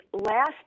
last